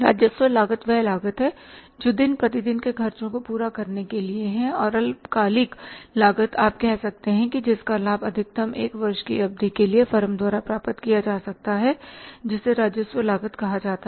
राजस्व लागत वह लागत है जो दिन प्रतिदिन के ख़र्चों को पूरा करने के लिए है और अल्पकालिक लागत आप कह सकते हैं जिसका लाभ अधिकतम एक वर्ष की अवधि के लिए फर्म द्वारा प्राप्त किया जा सकता है जिसे राजस्व लागत कहा जाता है